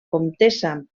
comtessa